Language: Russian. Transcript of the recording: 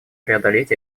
преодолеть